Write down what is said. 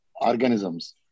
organisms